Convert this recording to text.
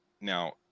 Now